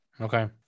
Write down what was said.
Okay